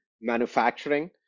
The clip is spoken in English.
manufacturing